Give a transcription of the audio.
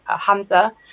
Hamza